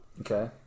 Okay